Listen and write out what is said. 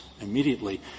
immediately